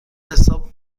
حساب